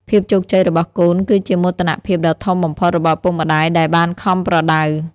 ភាពជោគជ័យរបស់កូន គឺជាមោទនភាពដ៏ធំបំផុតរបស់ឪពុកម្ដាយដែលបានខំប្រដៅ។